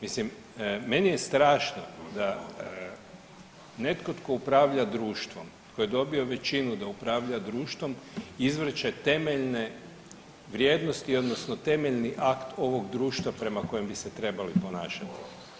Mislim meni je strašno da netko tko upravlja društvom, tko je dobio većinu da upravlja društvom izvrće temeljne vrijednosti, odnosno temeljni akt ovog društva prema kojem bi se trebali ponašati.